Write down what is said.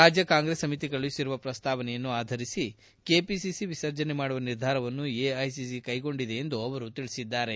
ರಾಜ್ಯ ಕಾಂಗ್ರೆಸ್ ಸಮಿತಿ ಕಳುಹಿಸಿರುವ ಪ್ರಸ್ತಾವನೆಯನ್ನು ಆಧರಿಸಿ ಕೆಪಿಸಿಸಿ ವಿಸರ್ಜನೆ ಮಾಡುವ ನಿರ್ಧಾರವನ್ನು ಎಐಸಿಸಿ ಕ್ಲೆಗೊಂಡಿದೆ ಎಂದು ಅವರು ಹೇಳಿದ್ದಾರೆ